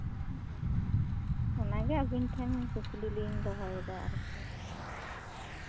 ᱚᱱᱟᱜᱮ ᱟᱵᱤᱱ ᱴᱷᱮᱱ ᱠᱩᱠᱞᱤ ᱞᱤᱧ ᱫᱚᱦᱚᱭᱮᱫᱟ ᱟᱨᱠᱤ